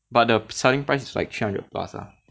but the selling price is like three hundred plus ah